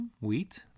wheat